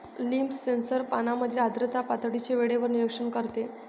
leaf sensor पानांमधील आर्द्रता पातळीचे वेळेवर निरीक्षण करते